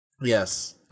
yes